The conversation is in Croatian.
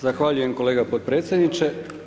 Zahvaljujem kolega potpredsjedniče.